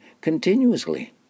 continuously